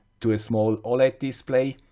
to a small oled display,